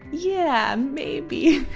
yeah. maybe